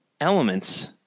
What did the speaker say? elements